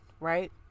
right